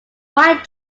white